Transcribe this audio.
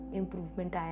improvement